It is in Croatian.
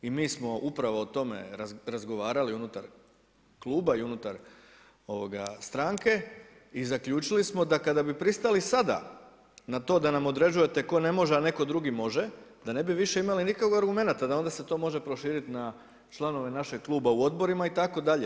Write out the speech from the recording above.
I mi smo upravo o tome razgovarali unutar kluba i unutar stranke i zaključili smo da kada bi pristali sada na to da nam određujete tko ne može a netko drugi može da ne bi više imali nikakvih argumenata da onda se to može proširiti na članove našeg kluba u odborima itd.